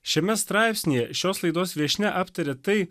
šiame straipsnyje šios laidos viešnia aptarė tai